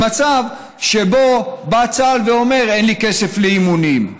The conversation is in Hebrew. למצב שבו בא צה"ל ואומר: אין לי כסף לאימונים.